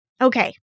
okay